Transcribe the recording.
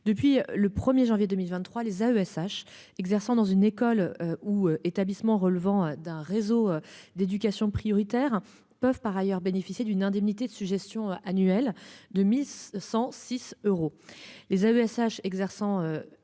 depuis le 1er janvier 2023 les AESH exerçant dans une école ou établissements relevant d'un réseau d'éducation prioritaire peuvent par ailleurs bénéficier d'une indemnité de suggestions annuel de Miss 106 euros les AESH exerçant